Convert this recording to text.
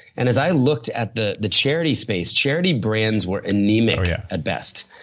and as i looked at the the charity space, charity brands were anemic yeah at best.